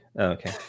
Okay